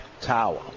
Tower